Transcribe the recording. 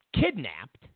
kidnapped